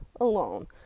alone